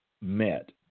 met